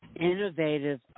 Innovative